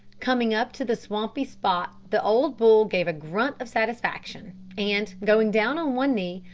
coming up to the swampy spot the old bull gave a grunt of satisfaction, and, going down on one knee,